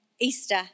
Easter